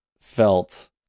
felt